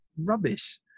rubbish